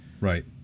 right